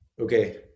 Okay